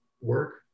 work